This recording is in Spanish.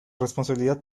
responsabilidad